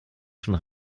schon